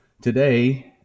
today